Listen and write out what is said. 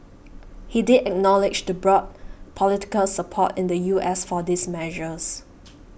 he did acknowledge the broad political support in the U S for these measures